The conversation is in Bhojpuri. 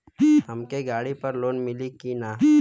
हमके गाड़ी पर लोन मिली का?